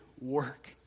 work